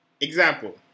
Example